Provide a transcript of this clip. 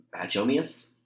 Pachomius